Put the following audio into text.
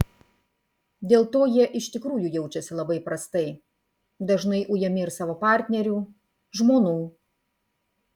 dėl to jie iš tikrųjų jaučiasi labai prastai dažnai ujami ir savo partnerių žmonų